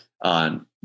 on